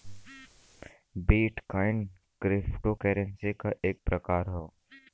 bit coin cryptocurrency क एक प्रकार हौ